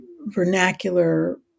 vernacular